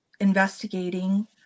investigating